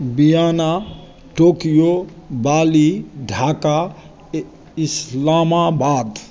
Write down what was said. Vienna Tokyo Bali Dhaka Islamabad